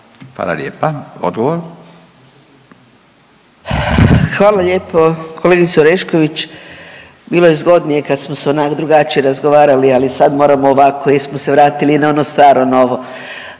Anka (GLAS)** Hvala lijepo kolegice Orešković, bilo je zgodnije kad smo se onak drugačije razgovarali, ali sad moramo ovako jer smo se vratili na ono staro novo.